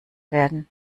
werden